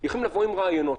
יכולים לבוא עם רעיונות,